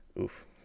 Oof